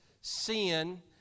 sin